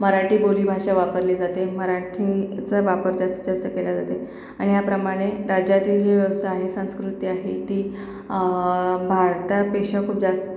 मराठी बोलीभाषा वापरली जाते मराठीचा वापर जास्तीत जास्त केल्या जाते आणि ह्याप्रमाणे राज्यातील जे व्यवसाय आहे संस्कृती आहे ती भारतापेक्षा खूप जास्त